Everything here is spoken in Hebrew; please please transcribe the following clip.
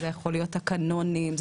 תקנונים,